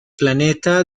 planeta